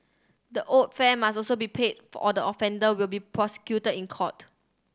the owed fare must also be paid for or the offender will be prosecuted in court